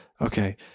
Okay